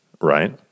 right